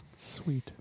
Sweet